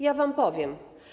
Ja wam powiem.